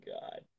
god